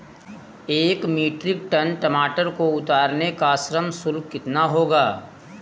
एक metric ton टमाटर को उतारने का श्रम शुल्क कितना होगा?